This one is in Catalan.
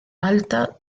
alta